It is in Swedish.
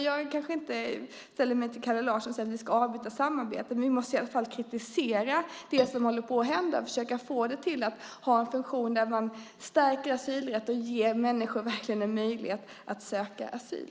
Jag kanske inte sällar mig till Kalle Larsson och säger att vi ska avbryta samarbetet, men vi måste i alla fall kritisera det som håller på att hända och försöka se till att Frontex har en funktion som stärker asylrätten och verkligen ger människor möjlighet att söka asyl.